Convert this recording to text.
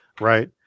right